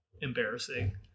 embarrassing